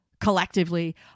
collectively